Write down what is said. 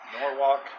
Norwalk